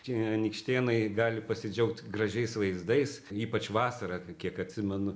čia anykštėnai gali pasidžiaugt gražiais vaizdais ypač vasarą kiek atsimenu